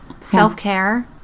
Self-care